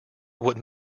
what